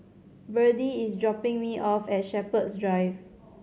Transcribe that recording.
Berdie is dropping me off at Shepherds Drive